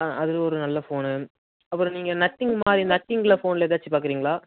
ஆ அதில் ஒரு நல்ல ஃபோனு அப்புறம் நீங்கள் நத்திங் மாதிரி நத்திங் ஃபோனில் ஏதாச்சும் பார்க்குறீங்களா